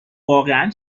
واقعا